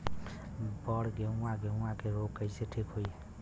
बड गेहूँवा गेहूँवा क रोग कईसे ठीक होई?